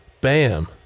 Bam